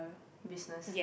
business